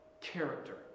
character